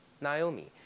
Naomi